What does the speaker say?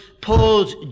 Paul's